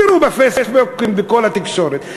תראו בפייסבוקים, בכל התקשורת.